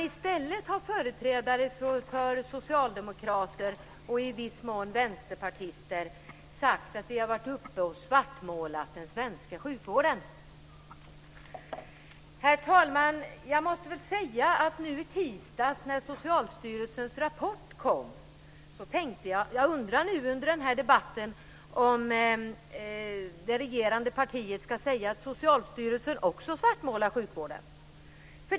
I stället har företrädare för socialdemokrater och i viss mån vänsterpartister sagt att vi har svartmålat den svenska sjukvården. Herr talman! Nu i tisdags när Socialstyrelsens rapport kom tänkte jag: Jag undrar om det regerande partietska säga att Socialstyrelsen också svartmålar sjukvården.